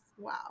Wow